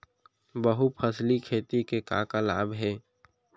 बहुफसली खेती के का का लाभ हे?